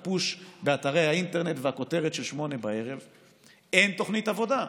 ה"פוש" באתרי האינטרנט והכותרת של 20:00. אין תוכנית עבודה.